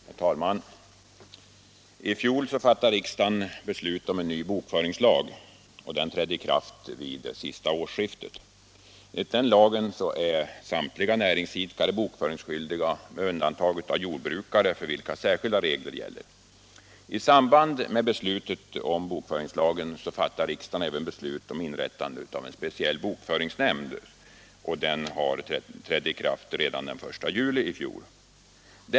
Herr talman! I fjol fattade riksdagen beslut om en ny bokföringslag, vilken trädde i kraft vid årsskiftet. Enligt denna lag är samtliga näringsidkare bokföringsskyldiga med undantag av jordbrukare, för vilka särskilda regler gäller. I samband med beslutet om bokföringslagen fattades även beslut om inrättande av en speciell bokföringsnämnd. Denna trädde i verksamhet redan den 1 juli i fjol.